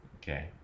Okay